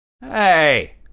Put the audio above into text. Hey